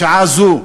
בשעה זו,